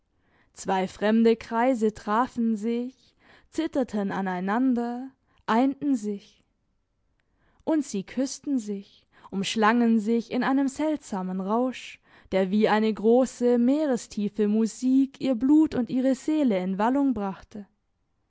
zwei fremde kreise trafen sich zitterten aneinander einten sich und sie küssten sich umschlangen sich in einem seltsamen rausch der wie eine grosse meerestiefe musik ihr blut und ihre seele in wallung brachte